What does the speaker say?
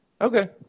Okay